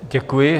Děkuji.